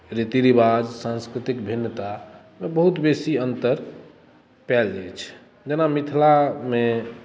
रीति रिवाज सान्स्कृतिक भिन्नता मे बहुत बेसी अन्तर पाओल जाइ छै जेना मिथिला मे